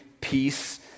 peace